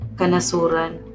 kanasuran